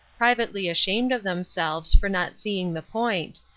privately ashamed of themselves for not seeing the point,